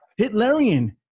Hitlerian